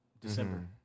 December